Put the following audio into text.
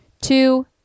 Two